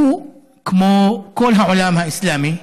הוא, כמו כל העולם האסלאמי,